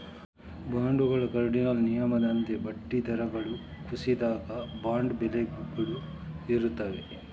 ಬಾಂಡುಗಳ ಕಾರ್ಡಿನಲ್ ನಿಯಮದಂತೆ ಬಡ್ಡಿ ದರಗಳು ಕುಸಿದಾಗ, ಬಾಂಡ್ ಬೆಲೆಗಳು ಏರುತ್ತವೆ